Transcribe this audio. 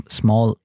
small